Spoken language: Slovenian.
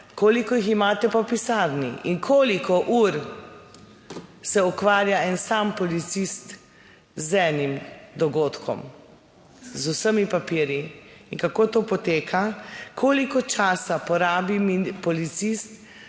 Koliko jih imate pa v pisarni? In koliko ur se ukvarja en sam policist z enim dogodkom, z vsemi papirji in kako to poteka? Koliko časa porabi policist,